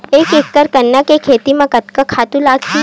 एक एकड़ गन्ना के खेती म कतका खातु लगही?